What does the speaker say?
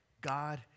God